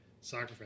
soccer